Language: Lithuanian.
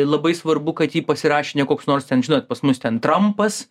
ir labai svarbu kad jį pasirašė ne koks nors ten žinot pas mus ten trampas